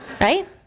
right